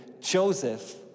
Joseph